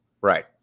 Right